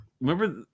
remember